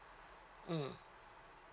mm